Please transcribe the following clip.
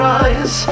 eyes